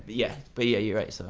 yeah but yeah you're right so.